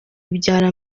ibyara